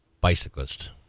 bicyclist